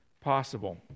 possible